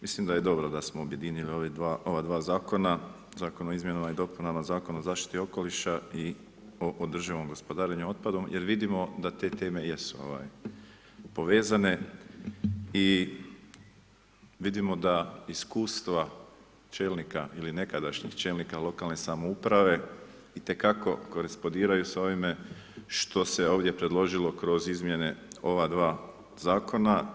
Mislim da je dobro da smo objedinili ova dva Zakona o izmjenama i dopunama zakona o zaštiti okoliša i o održivom gospodarenju otpadom jer vidimo da te teme jesu povezane i vidimo da iskustva čelnika ili nekadašnjih čelnika lokalne samouprave i te kako korespondiraju s ovime što se ovdje predložilo kroz izmjene ova dva Zakona.